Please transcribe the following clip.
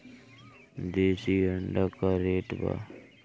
देशी अंडा का रेट बा?